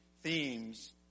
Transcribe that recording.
themes